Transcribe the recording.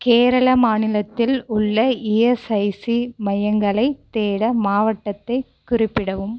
கேரள மாநிலத்தில் உள்ள இஎஸ்ஐசி மையங்களைத் தேட மாவட்டத்தைக் குறிப்பிடவும்